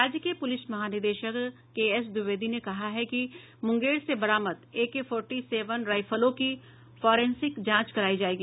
राज्य के पुलिस महानिदेशक केएस द्विवेदी ने कहा है कि मुंगेर से बरामद एके फोर्टी सेवेन रायफलों की फॉरेंसिक जांच करायी जाएगी